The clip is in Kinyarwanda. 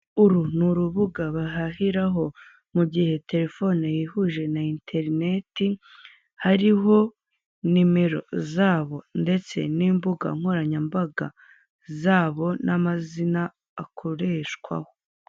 Uru ni urubuga bahahiraho mu gihe telefone yihuje na interineti, hariho nimero zabo ndetse n'imbuga nkoranyambaga zabo, n'amazina akoreshwaho.